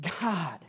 God